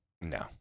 No